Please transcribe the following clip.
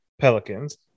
Pelicans